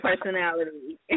personality